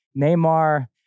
Neymar